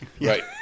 right